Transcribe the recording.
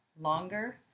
longer